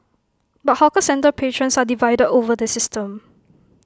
but hawker centre patrons are divided over the system